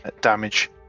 damage